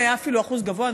אפילו היה אחוז גבוה,